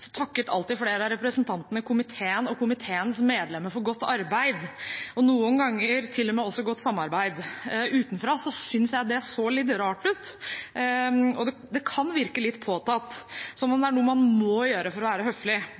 takket alltid flere av representantene komiteen og komiteens medlemmer for godt arbeid, noen ganger til og med også for godt samarbeid. Utenfra syntes jeg det var litt rart, og det kan virke litt påtatt, som om det er noe man må gjøre for å være høflig.